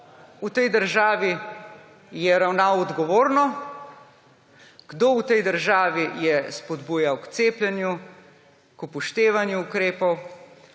v tej državi je ravnal odgovorno, kdo v tej državi je spodbujal k cepljenju, k upoštevanju ukrepov,